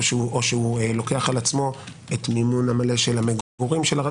או שהוא לוקח על עצמו את המימון המלא של המגורים של הרב.